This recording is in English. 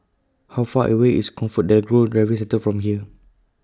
How Far away IS ComfortDelGro Driving Center from here